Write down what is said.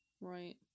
Right